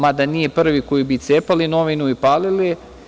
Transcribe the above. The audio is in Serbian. Mada, nisu prvi koji bi cepali novinu i palili je.